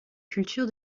culture